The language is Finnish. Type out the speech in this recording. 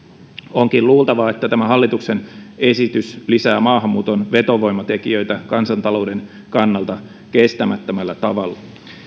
onkin luultavaa että tämä hallituksen esitys lisää maahanmuuton vetovoimatekijöitä kansantalouden kannalta kestämättömällä tavalla